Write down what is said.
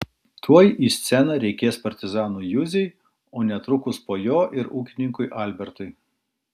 tuoj į sceną reikės partizanui juzei o netrukus po jo ir ūkininkui albertui